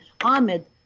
Ahmed